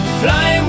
fly